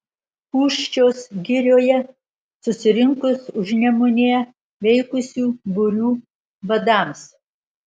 pūščios girioje susirinkus užnemunėje veikusių būrių vadams